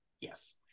Yes